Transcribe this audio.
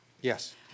Yes